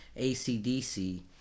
ACDC